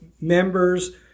members